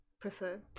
prefer